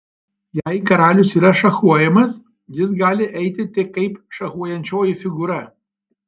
jei karalius yra šachuojamas jis gali eiti tik kaip šachuojančioji figūra